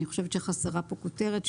אני חושבת שחסרה כאן כותרת.